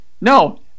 No